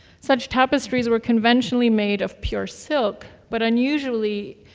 such tapestries were conventionally made of pure silk but unusually,